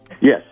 Yes